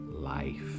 life